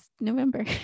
November